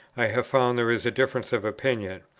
i have found there is a difference of opinion.